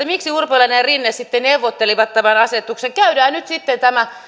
miksi urpilainen ja rinne sitten neuvottelivat tämän asetuksen käydään nyt sitten tämä